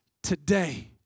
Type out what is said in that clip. Today